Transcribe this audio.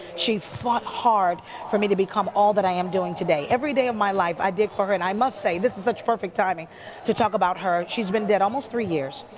she's fought hard for me to become all that i am doing today. every day of my life i did for her and i must say, this is perfect timing to talk about her. she's been dead almost three years.